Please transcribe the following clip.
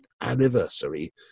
anniversary